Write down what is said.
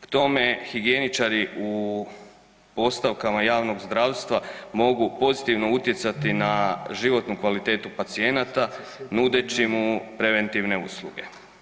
K tome higijeničari u postavkama javnog zdravstva mogu pozitivno utjecati na životnu kvalitetu pacijenata nudeći mu preventivne usluge.